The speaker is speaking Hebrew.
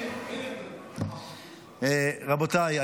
רבותיי,